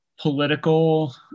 political